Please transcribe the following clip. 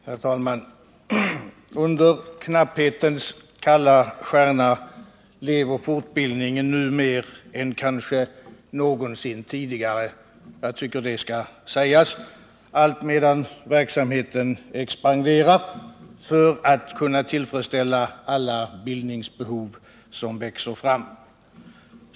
Herr talman! Under knapphetens kalla stjärna lever folkbildningen nu mer än kanske någonsin tidigare — jag tycker att det skall sägas. Den gör det alltmedan verksamheten expanderar för att kunna tillfredsställa alla bildningsbehov som växer fram.